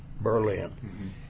Berlin